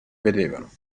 vedevano